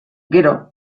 gero